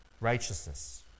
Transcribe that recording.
righteousness